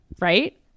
right